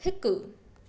हिकु